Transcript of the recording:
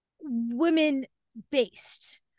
women-based